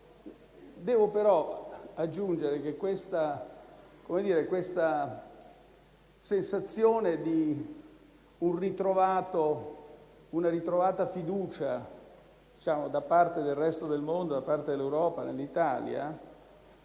Devo però aggiungere che la sensazione di ritrovata fiducia da parte del resto del mondo, da parte dell'Europa e dell'Italia